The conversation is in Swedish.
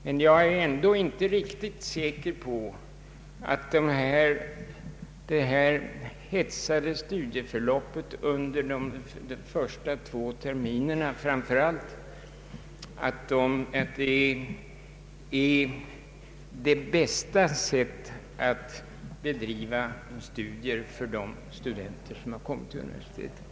Men jag är ändå inte riktigt säker på att det här hetsade studieförloppet under framför allt de två första terminerna är det bästa sättet att bedriva studier för de studenter som har kommit till universiteten.